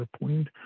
point